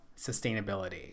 sustainability